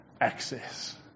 access